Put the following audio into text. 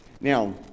Now